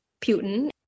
putin